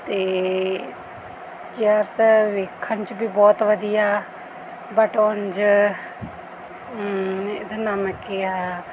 ਅਤੇ ਚੇਅਰਸ ਵੇਖਣ 'ਚ ਵੀ ਬਹੁਤ ਵਧੀਆ ਬਟ ਉਂਝ ਇਹਦਾ ਨਾਮ ਕੀ ਆ